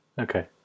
Okay